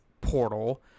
portal